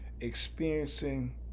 experiencing